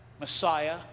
Messiah